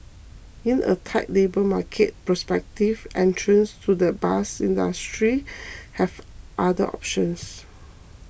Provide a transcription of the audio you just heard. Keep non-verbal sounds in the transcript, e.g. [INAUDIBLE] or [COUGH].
in a tight labour market prospective entrants to the bus industry [NOISE] have other options